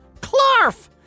Clarf